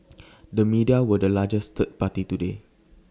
the media were the largest third party today